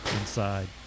inside